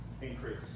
increase